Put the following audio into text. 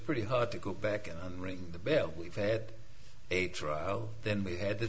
pretty hard to go back and ring the bell we've had a trial then we had t